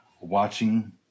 watching